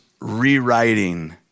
rewriting